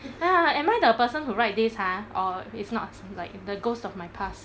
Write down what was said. ah am I the person who write this ha or it's not like the ghost of my past